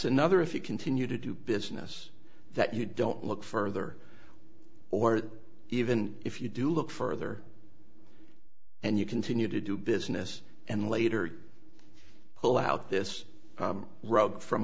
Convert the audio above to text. another if you continue to do business that you don't look further or even if you do look further and you continue to do business and later pull out this rug from